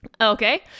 Okay